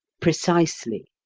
precisely.